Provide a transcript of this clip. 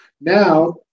now